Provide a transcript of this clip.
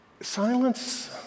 Silence